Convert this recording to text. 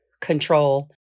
control